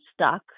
stuck